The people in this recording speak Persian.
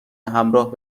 همراه